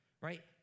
right